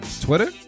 Twitter